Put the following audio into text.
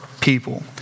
people